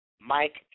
Mike